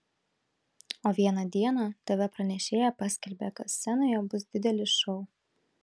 o vieną dieną tv pranešėja paskelbė kad scenoje bus didelis šou